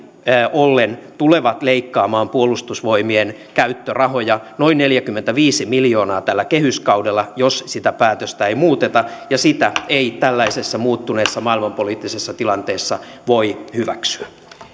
ollen tulevat leikkaamaan puolustusvoimien käyttörahoja noin neljäkymmentäviisi miljoonaa tällä kehyskaudella jos sitä päätöstä ei muuteta ja sitä ei tällaisessa muuttuneessa maailmanpoliittisessa tilanteessa voi hyväksyä